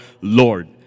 Lord